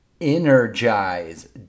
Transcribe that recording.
Energize